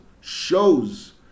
shows